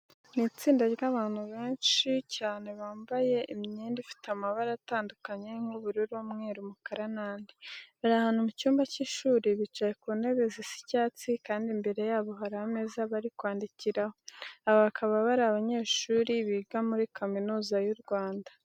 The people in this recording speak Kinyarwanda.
Ni itsinda ry'abandu benshi cyane bambaye imyenda ifite amabara atandukanye nk'ubururu, umweru, umukara n'andi. Bari ahantu mu cyumba cy'ishuri, bicaye ku ntebe zisa icyatsi kandi imbere yabo hari ameza bari kwandikiraho. Aba bakaba ari abanyeshuri biga muri Kaminuza y'u Rwanda.